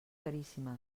caríssimes